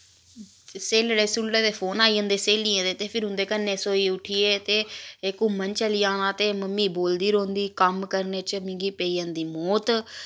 स्हेलड़ें सहुलड़ें दे फोन आई जंदे स्हेलियें दे ते फिर उं'दे कन्नै सोई उट्ठियै ते घुम्मन चली जाना ते मम्मी बोलदी रौंह्दी कम्म करने च मिकी पेई जंदी मौत